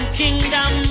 kingdom